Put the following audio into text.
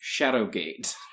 Shadowgate